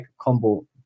combo